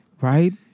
right